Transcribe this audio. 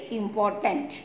important